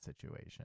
situation